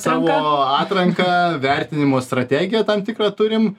savo atranką vertinimo strategiją tam tikrą turim